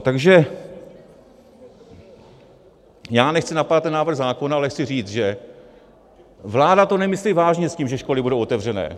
Takže já nechci napadat ten návrh zákona, ale chci říct, že vláda to nemyslí vážně s tím, že školy budou otevřené.